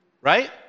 Right